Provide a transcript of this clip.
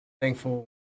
thankful